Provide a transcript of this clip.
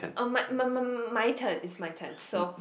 uh my m~ m~ m~ my turn it's my turn so